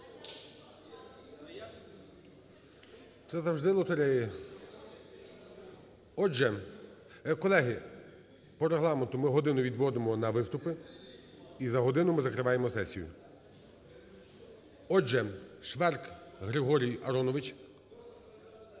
Це завжди лотерея. Отже, колеги, по Регламенту ми годину відводимо на виступу і за годину ми закриваємо сесію. Отже, Шверк Григорій Аронович.